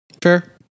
Fair